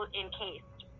encased